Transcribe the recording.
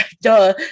Duh